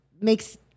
makes